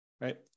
right